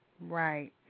Right